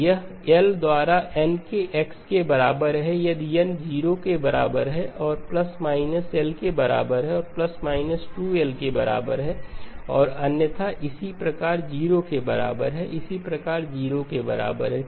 यह L द्वारा n के x के बराबर है यदि n 0 के बराबर है और L के बराबर है और 2L के बराबर है और अन्यथा इसी प्रकार 0 के बराबर है इसी प्रकार 0 के बराबर है